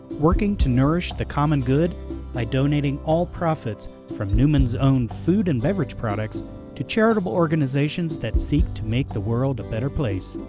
working to nourish the common good by donating all profits from newman's own food and beverage products to charitable organizations that seek to make the world a better place.